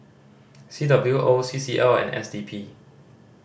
C W O C C L and S D P